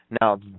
Now